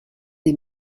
des